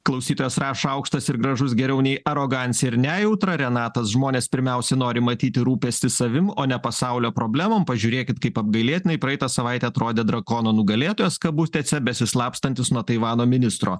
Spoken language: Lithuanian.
klausytojas rašo ir aukštas gražus geriau nei arogancija ir nejautra renatas žmonės pirmiausia nori matyti rūpestį savim o ne pasaulio problemom pažiūrėkit kaip apgailėtinai praeitą savaitę atrodė drakono nugalėtojas kabutėse besislapstantis nuo taivano ministro